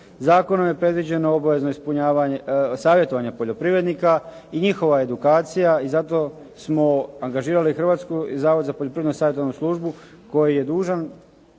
Zakonom je predviđeno obavezno savjetovanje poljoprivrednika i njihova edukacija. I zato smo angažirali hrvatsku i Zavod za poljoprivredno savjetodavnu službu koji je dužan